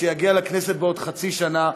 שיגיע לכנסת בעוד חצי שנה,